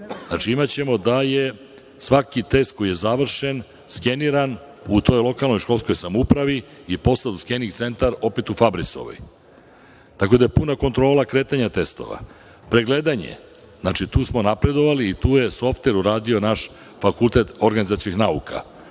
znači, imaćemo da je svaki test koji je završen skeniran u toj lokalnoj školskoj samoupravi i poslat u Skening centar, opet u Fabrisovoj. Tako da je puna kontrola kretanja testova. Pregledanje, znači tu smo napredovali i tu je softver uradio naš FON. I to je još uvek